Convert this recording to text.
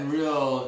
real